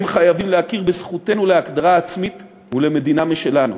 הם חייבים להכיר בזכותנו להגדרה עצמית ולמדינה משלנו.